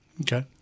Okay